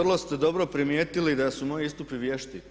Vrlo ste dobro primijetili da su moji istupi vješti.